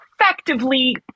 effectively